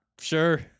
Sure